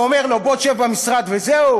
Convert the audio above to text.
הוא אומר לו: בוא תשב במשרד וזהו?